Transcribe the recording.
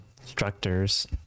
instructors